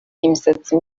imisatsi